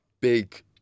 big